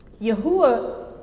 Yahuwah